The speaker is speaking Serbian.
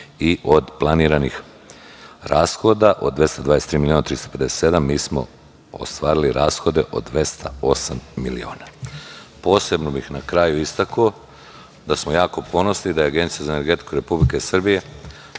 Od planiranih rashoda, od 223.357.000 mi smo ostvarili rashode od 208 miliona. Posebno bih na kraju istakao da smo jako ponosni što je Agencija za energetiku Republike Srbije